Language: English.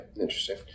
interesting